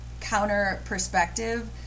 counter-perspective